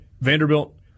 Vanderbilt